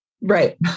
Right